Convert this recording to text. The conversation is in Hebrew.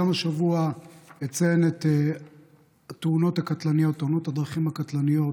גם השבוע אציין את תאונות הדרכים הקטלניות